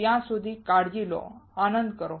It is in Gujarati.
ત્યાં સુધી કાળજી લો આનંદ કરો